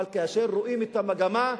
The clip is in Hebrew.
אבל כאשר רואים את המגמה,